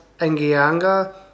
Angianga